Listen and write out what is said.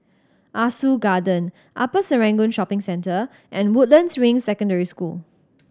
Ah Soo Garden Upper Serangoon Shopping Centre and Woodlands Ring Secondary School